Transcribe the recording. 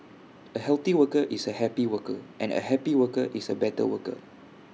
A healthy worker is A happy worker and A happy worker is A better worker